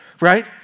right